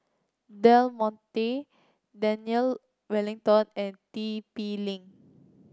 Del Monte Daniel Wellington and T P Link